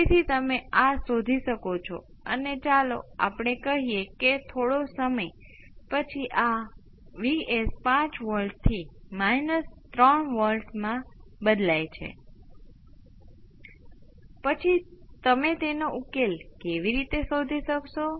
તેથી જ્યારે તમે R C સર્કિટને ઉત્તેજિત કરો સામાન્ય રીતે કોઈ પણ સર્કિટને એક્સપોનેનશીયલ સાથે જે નેચરલ રિસ્પોન્સ જેટલું જ છે તમને સહેજ અલગ ઉકેલ મળશે જે તમે ઉકેલ શોધી શકો છો